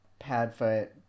Padfoot